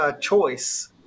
choice